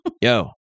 Yo